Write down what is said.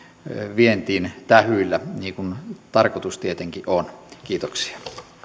vientiin tähyillä niin kuin tarkoitus tietenkin on kiitoksia